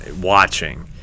watching